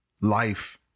life